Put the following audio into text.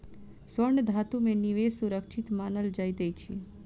स्वर्ण धातु में निवेश सुरक्षित मानल जाइत अछि